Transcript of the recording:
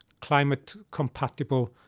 climate-compatible